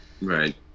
right